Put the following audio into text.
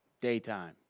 Daytime